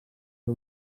per